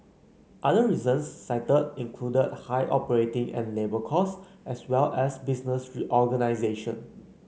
other reasons cited included high operating and labour costs as well as business reorganisation